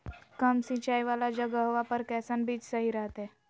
कम सिंचाई वाला जगहवा पर कैसन बीज सही रहते?